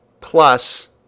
Plus